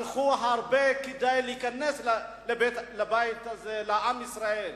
הלכו הרבה כדי להיכנס לבית הזה, לעם ישראל.